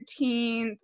13th